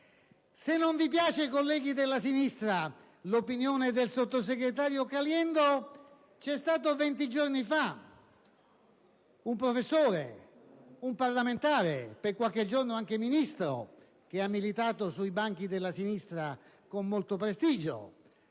Se non vi piace, colleghi della sinistra, l'opinione del sottosegretario Caliendo, c'è stato 20 giorni fa un professore, un parlamentare (per qualche giorno anche Ministro) che ha militato sui banchi della sinistra con molto prestigio,